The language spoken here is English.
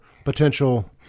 potential